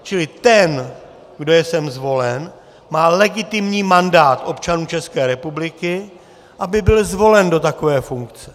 Čili ten, kdo je sem zvolen, má legitimní mandát občanů České republiky, aby byl zvolen do takové funkce.